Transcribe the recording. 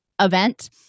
event